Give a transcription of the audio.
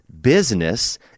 business –